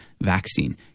vaccine